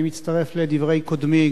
אני מצטרף לדברי קודמי.